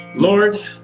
Lord